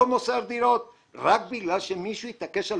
לא אמסור דירות רק בגלל שמישהו התעקש על